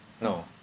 no